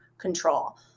control